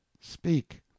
speak